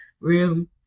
room